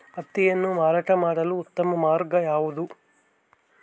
ಹತ್ತಿಯನ್ನು ಮಾರಾಟ ಮಾಡಲು ಉತ್ತಮ ಮಾರ್ಗ ಯಾವುದು?